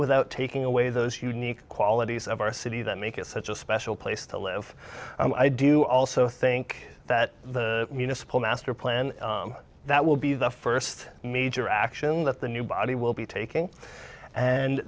without taking away those unique qualities of our city that make it such a special place to live i do also think that the municipal master plan that will be the first major action that the new body will be taking and